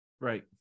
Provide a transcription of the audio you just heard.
right